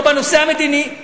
לא בנושא המדיני,